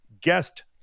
guest